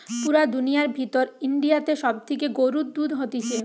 পুরা দুনিয়ার ভিতর ইন্ডিয়াতে সব থেকে গরুর দুধ হতিছে